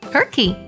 Turkey